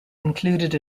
included